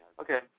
Okay